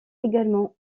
également